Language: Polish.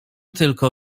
tylko